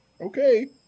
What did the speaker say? okay